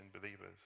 believers